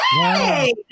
Hey